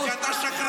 כי אתה משקר,